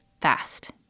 fast